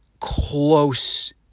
close